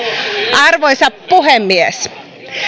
arvoisa puhemies